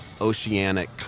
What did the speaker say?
oceanic